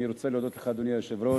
אני רוצה להודות לך, אדוני היושב-ראש,